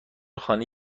خانه